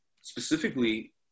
Specifically